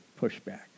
pushback